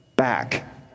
back